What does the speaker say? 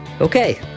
Okay